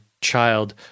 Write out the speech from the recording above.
child